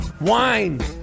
Wine